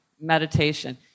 meditation